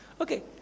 Okay